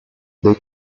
dei